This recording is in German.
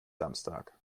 samstag